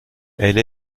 elle